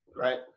Right